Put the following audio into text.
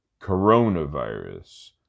coronavirus